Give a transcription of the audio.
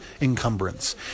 encumbrance